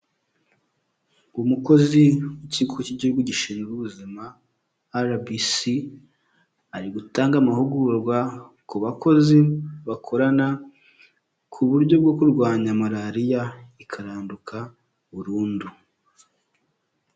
Umukozi w'Ikigo cy'Igihugu gishinzwe Ubuzima RBC ari gutanga amahugurwa ku bakozi bakorana ku buryo bwo kurwanya malariya ikaranduka burundu.